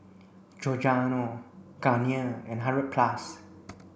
Giordano Garnier and hundred plus